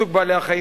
סוג בעלי-החיים,